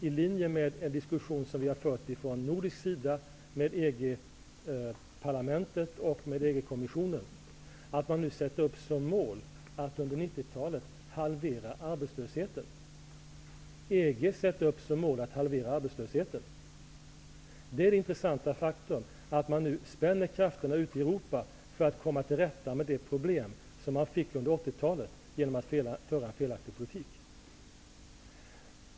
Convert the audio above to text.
I linje med den diskussion som vi från nordisk sida har fört med EG-parlamentet och med EG-kommissionen angavs också att man har som mål att under 90-talet halvera arbetslösheten. Det är intressant att man i Europa nu spänner krafterna för att komma till rätta med de problem som under 80-talet uppstod genom en felaktigt förd politik.